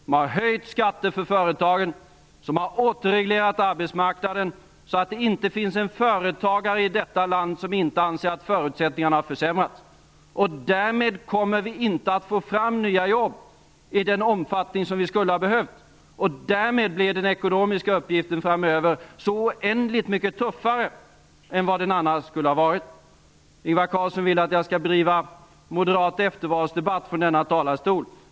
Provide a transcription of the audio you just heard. Man har höjt skatten för företagen och återreglerat arbetsmarknaden så att det inte finns en företagare i detta land som inte anser att förutsättningarna försämrats. Därmed kommer vi inte att få fram nya jobb i den omfattning som vi skulle ha behövt. Därmed blir den ekonomiska uppgiften framöver så oändligt mycket tuffare än vad den annars skulle ha varit. Ingvar Carlsson vill att jag skall driva moderat eftervalsdebatt från denna talarstol.